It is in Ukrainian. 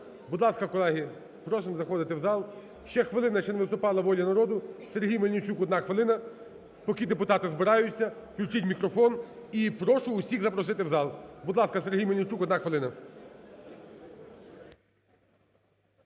Будь ласка, колеги, просимо заходити в зал. Ще хвилина, ще не виступала "Воля народу". Сергій Мельничук 1 хвилина, поки депутати збираються, включіть мікрофон. І прошу усіх запросити в зал. Будь ласка, Сергій Мельничук, 1 хвилина.